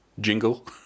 jingle